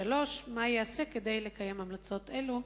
3. אם לא, מה ייעשה כדי לקיים המלצות אלה?